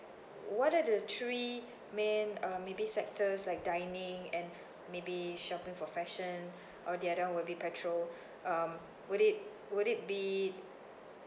what are the three main um maybe sectors like dining and maybe shopping for fashion or the other one will be petrol um would it would it be